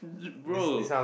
dude bro